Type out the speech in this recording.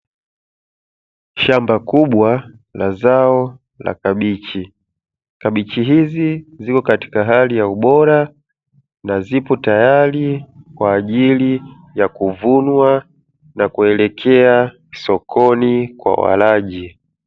Shamba kubwa la zao la kabichi, kabichi hizi zipo katika hali ya ubora na zipo tayari kwa ajili ya kuvunwa na kuelekea sokoni kwa walaji.